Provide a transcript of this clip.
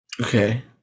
Okay